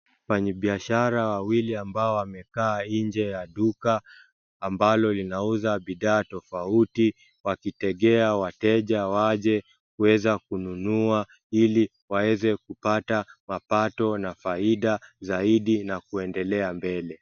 Wafanyabiashara wawili ambao wamekaa nje ya duka ambalo linauza bidhaa tofauti, wakitegea wateja waje kuweza kununua ili waweze kupata mapato na faida zaidi na kuendelea mbele.